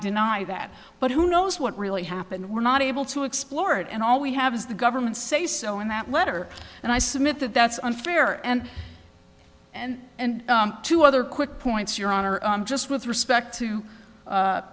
deny that but who knows what really happened we're not able to explore it and all we have is the government say so in that letter and i submit that that's unfair and and and two other quick points your honor just with respect to